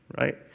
right